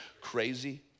crazy